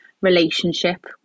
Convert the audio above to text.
relationship